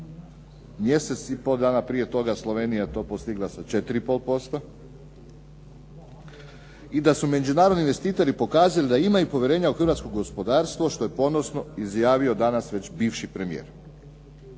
mjesec i pol dana prije toga Slovenija je to postigla sa 4,5%. I da su međunarodni investitori pokazali da imaju povjerenja u hrvatsko gospodarstvo što je ponosno izjavio danas već bivši premijer.